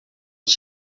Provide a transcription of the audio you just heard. els